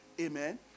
Amen